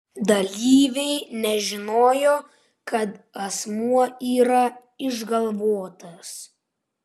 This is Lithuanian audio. dalyviai nežinojo kad asmuo yra išgalvotas